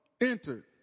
entered